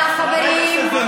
סליחה, חברים.